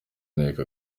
nteko